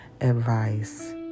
advice